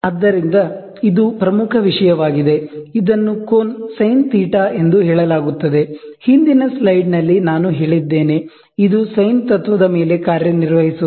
ಆದ್ದರಿಂದ ಇದು ಪ್ರಮುಖ ವಿಷಯವಾಗಿದೆ ಇದನ್ನು ಕೋನ ಸೈನ್ θ Sin θ ಎಂದು ಹೇಳಲಾಗುತ್ತದೆ ಹಿಂದಿನ ಸ್ಲೈಡ್ನಲ್ಲಿ ನಾನು ಹೇಳಿದ್ದೇನೆ ಇದು ಸೈನ್ ತತ್ವದ ಮೇಲೆ ಕಾರ್ಯನಿರ್ವಹಿಸುತ್ತದೆ